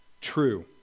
true